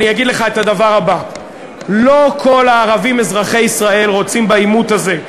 אני אומר לך את הדבר הבא: לא כל הערבים אזרחי ישראל רוצים בעימות הזה,